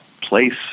place